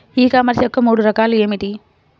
ఈ కామర్స్ యొక్క మూడు రకాలు ఏమిటి?